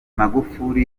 magufuli